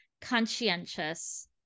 conscientious